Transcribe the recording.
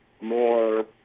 more